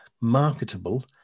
marketable